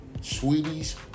Sweetie's